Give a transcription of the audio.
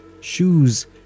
shoes